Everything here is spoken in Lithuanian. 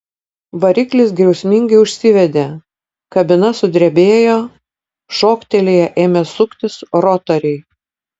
variklis griausmingai užsivedė kabina sudrebėjo šoktelėję ėmė suktis rotoriai